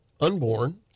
unborn